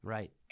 Right